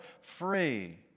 free